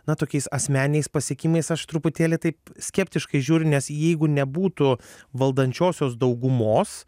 na tokiais asmeniniais pasiekimais aš truputėlį taip skeptiškai žiūriu nes jeigu nebūtų valdančiosios daugumos